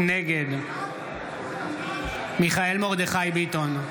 נגד מיכאל מרדכי ביטון,